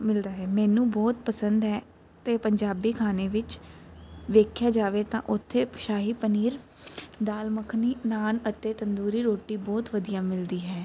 ਮਿਲਦਾ ਹੈ ਮੈਨੂੰ ਬਹੁਤ ਪਸੰਦ ਹੈ ਅਤੇ ਉਹ ਪੰਜਾਬੀ ਖਾਣੇ ਵਿੱਚ ਵੇਖਿਆ ਜਾਵੇ ਤਾਂ ਉੱਥੇ ਸ਼ਾਹੀ ਪਨੀਰ ਦਾਲ ਮੱਖਣੀ ਨਾਨ ਅਤੇ ਤੰਦੂਰੀ ਰੋਟੀ ਬਹੁਤ ਵਧੀਆ ਮਿਲਦੀ ਹੈ